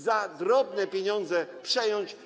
za drobne pieniądze przejąć.